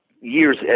years